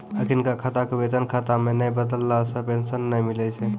अखिनका खाता के वेतन खाता मे नै बदलला से पेंशन नै मिलै छै